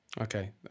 Okay